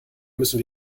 müssen